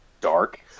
dark